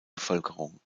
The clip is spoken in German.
bevölkerung